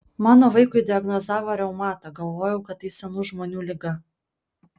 mano vaikui diagnozavo reumatą galvojau kad tai senų žmonių liga